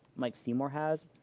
like, seymour has,